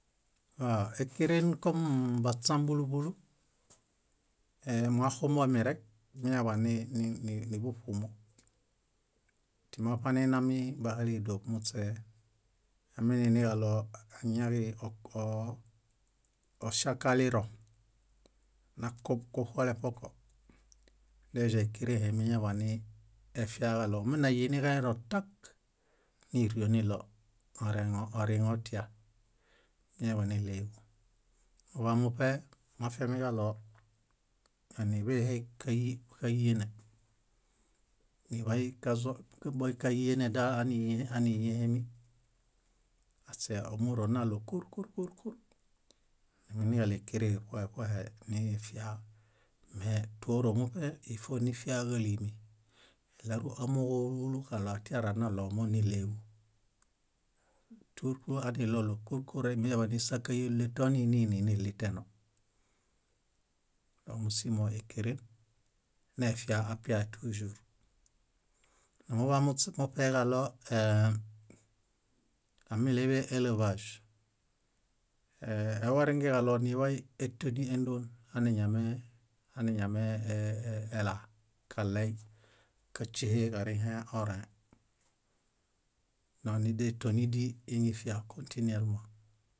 Ékeren kom baśam búlu búlu, éé- moaxumbomirek iñaḃa ni- ni- nuḃuṗumo. Timi waṗaneinami buhale ídoṗ, muśe amiiniġaɭo añaġi o- oŝakalirõ, nakub kuṗaleṗoko, deĵa íkerẽhe miñaḃanifiaġaɭo ominayiniġarirõtak, nírio niɭoo oreŋo- oriŋootia. Íñaḃaniɭeġu. Muḃamuṗe moafiamiġaɭo ániḃeheka káyene, niḃay kazo káyenedal ániye ániyẽhemi. Aśe ómuro naɭo kúr kúr kúr kúr numuiġaɭo íkerẽhe ṗohe ṗohe nifia, me tóro muṗe ífo nifiaġálimi. Ileruamooġo úlu úlu kaɭo atiaranaɭomo níɭeġu. Túlu túlu aniɭoɭ kúr kúr íñaḃaniyole toaninini niɭiteno. Mómusimoekeren nefia apiae tújur. Numuḃa- śe- ġaɭo ee- ámileḃe elevaĵ, ee- awarenġeġaɭo niḃay étenu éndon aniñame- aniñameela kaley káśehe orẽe. Nónidetenudii iñifia kõtinuelemã